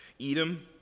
Edom